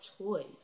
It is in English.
choice